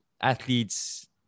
athletes